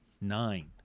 Nine